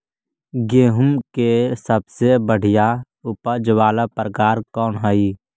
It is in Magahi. गेंहूम के सबसे बढ़िया उपज वाला प्रकार कौन हई?